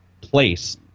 place